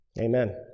Amen